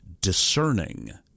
discerning